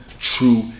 true